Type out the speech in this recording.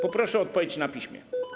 Poproszę o odpowiedź na piśmie.